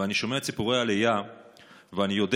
אני שומע את סיפורי העלייה ואני יודע